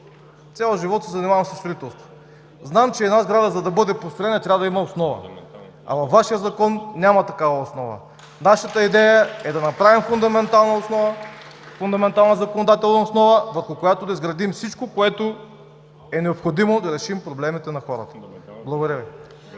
Цял живот се занимавам със строителство. Знам, че една сграда, за да бъде построена, трябва да има основа. А във Вашия Закон няма такава основа. (Ръкопляскания от ГЕРБ.) Нашата идея е да направим фундаментална законодателна основа, върху която да изградим всичко, което е необходимо, за да решим проблемите на хората. Благодаря Ви.